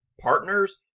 Partners